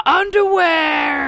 underwear